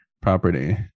property